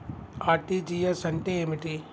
RTGS అంటే ఏమిటి?